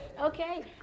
Okay